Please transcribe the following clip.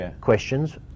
questions